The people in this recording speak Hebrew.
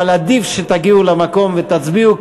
אבל עדיף שתגיעו למקום ותצביעו,